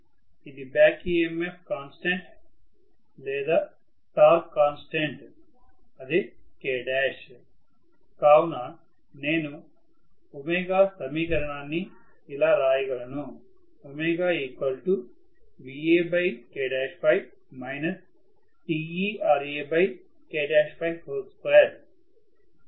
ఇది back EMF constant లేదా torque constant అదే K' కావున నేను ఒమేగా సమీకరణాన్ని ఇలా రాయగలను ധ VaK TeK2Ra